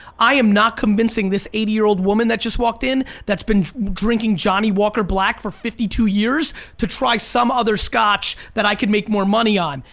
i am not convincing this eighty year old woman that walked in, that's been drinking johnny walker black for fifty two years to try some other scotch that i could make more money on,